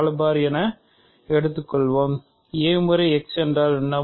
a முறை x என்றால் என்ன